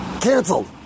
canceled